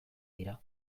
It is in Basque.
dira